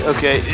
Okay